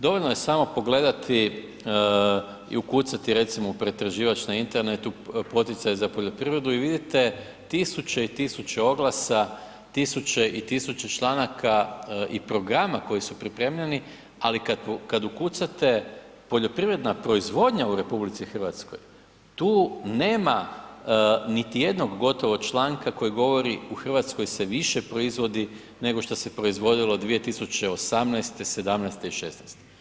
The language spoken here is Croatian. Dovoljno je samo pogledati i ukucati recimo u pretraživač na Internetu poticaj za poljoprivredu i vidite tisuće i tisuće oglasa, tisuće i tisuće članaka i programa koji su pripremljeni, ali kad ukucate poljoprivredna proizvodnja u RH, tu nema niti jednog gotovo članka koji govori, u Hrvatskoj se više proizvodi nego što se proizvodilo 2018., '17. i '16.